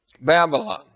Babylon